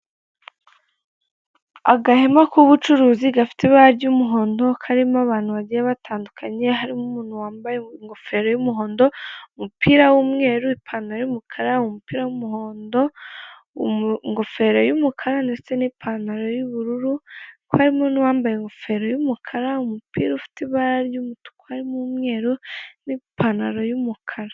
Agahema k'ubucuruzi gafite ibara ry'umuhondo karimo abantu bagiye batandukanye harimo umuntu wambaye ingofero y'umuhondo, umupira w'umweru, ipantalo y'umukara, umupira w'umuhondo, ingofero y'umukara ndetse ipantalo y'ubururu, ko harimo n'uwambaye ingofero y'umukara, umupira ufite ibara ry'umutuku harimo umweru n'ipantalo y'umukara.